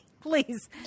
please